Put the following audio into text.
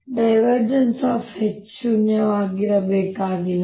H ಶೂನ್ಯವಾಗಿರಬೇಕಾಗಿಲ್ಲ